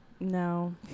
No